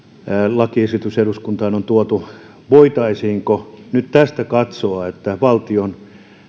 lakiesitys eduskuntaan on tuotu voitaisiinko nyt tästä katsoa että valtion